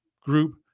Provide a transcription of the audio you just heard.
group